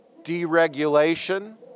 Deregulation